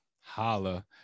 Holla